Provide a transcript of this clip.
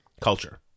culture